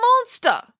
monster